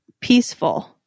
peaceful